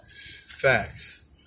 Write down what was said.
Facts